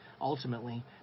ultimately